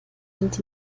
sind